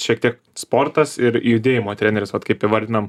šiek tiek sportas ir judėjimo treneris vat kaip įvardinam